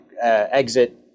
Exit